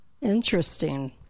Interesting